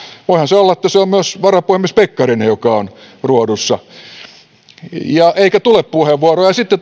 voihan se olla että se on myös varapuhemies pekkarinen joka on ruodussa eikä tule puheenvuoroa ja ja sitten